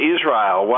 Israel